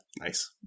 nice